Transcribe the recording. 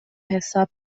حساب